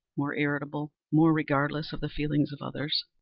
more irritable, more regardless of the feelings of others.